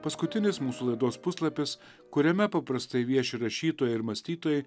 paskutinis mūsų laidos puslapis kuriame paprastai vieši rašytojai ir mąstytojai